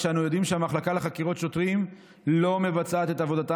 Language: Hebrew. כשאנחנו יודעים שהמחלקה לחקירות שוטרים לא מבצעת את עבודתה